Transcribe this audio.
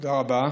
תודה רבה.